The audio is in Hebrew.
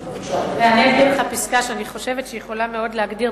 אני אקריא לך פסקה שאני חושבת שהיא יכולה להגדיר,